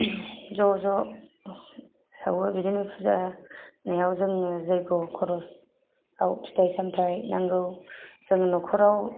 ज'ज' सावो बिदिनो फुजा होनायाव जोङो जेखौ खरसाव फिथाइ सामथाइ नांगौ जों न'खराव